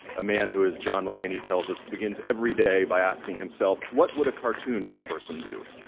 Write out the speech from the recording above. a man who, as john mulaney tells us, begins every day by asking himself, what would a cartoon rich person do?